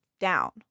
down